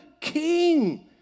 king